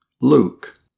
Luke